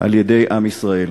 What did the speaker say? על-ידי עם ישראל.